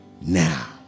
now